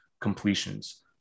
completions